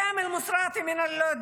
קאמל מוסראתי מלוד,